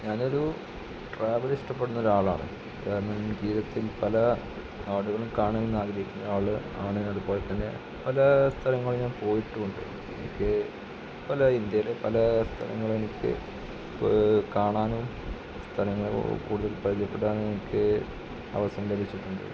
ഞാനൊരു ട്രാവലിഷ്ടപ്പെടുന്നൊരാളാണ് കാരണം എനിക്ക് ജീവിതത്തിൽ പല നാടുകളും കാണണമെന്നാഗ്രഹിക്കുന്നൊരാള് ആണ് അതുപോലെ തന്നെ പല സ്ഥലങ്ങളിൽ ഞാൻ പോയിട്ടുമുണ്ട് എനിക്ക് ഇന്ത്യയില് പല സ്ഥലങ്ങളെനിക്ക് ഇപ്പഴേ കാണാനും സ്ഥലങ്ങൾ കൂടുതൽ പരിചയപ്പെടാനും എനിക്ക് അവസരം ലഭിച്ചിട്ടുണ്ട്